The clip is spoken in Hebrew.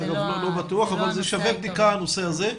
אגב, אני לא בטוח, אבל הנושא הזה שווה בדיקה.